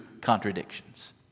contradictions